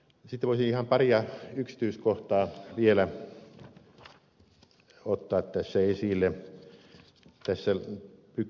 sitten voisin ihan pari yksityiskohtaa vielä ottaa tässä esille